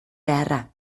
beharra